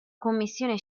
commissione